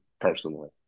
personally